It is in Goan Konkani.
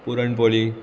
पुरणपोली